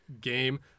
game